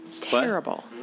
terrible